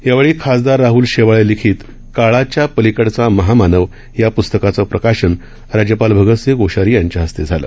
या वेळी खासदार राहल शेवाळे लिखित काळाच्या पलिकडचा महामानव या पूस्तकाचं प्रकाशन राज्यपाल भगत सिंग कोश्यारी यांच्या हस्ते झालं